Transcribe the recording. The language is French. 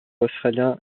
australien